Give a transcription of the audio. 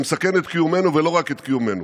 שמסכן את קיומנו ולא רק את קיומנו.